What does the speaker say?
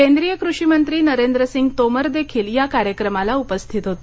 केंद्रीय कृषीमंत्री नरेंद्रसिंग तोमर देखील या कार्यक्रमाला उपस्थित होते